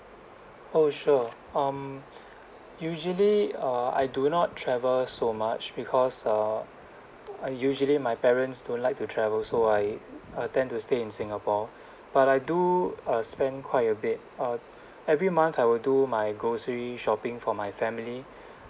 oh sure um usually uh I do not travel so much because uh I usually my parents don't like to travel so I uh tend to stay in singapore but I do uh spend quite a bit of every month I will do my grocery shopping for my family